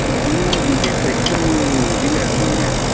ꯂꯤꯒꯤ ꯆꯩꯁꯨꯗꯤ ꯂꯩꯔꯝꯃꯣꯏꯅꯦ